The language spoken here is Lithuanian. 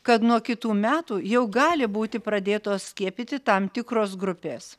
kad nuo kitų metų jau gali būti pradėtos skiepyti tam tikros grupės